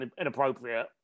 inappropriate